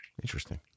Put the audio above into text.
Interesting